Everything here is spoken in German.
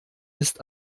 ist